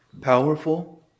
powerful